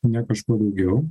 ne kažkuo daugiau